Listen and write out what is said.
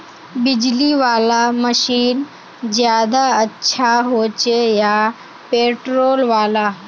बिजली वाला मशीन ज्यादा अच्छा होचे या पेट्रोल वाला?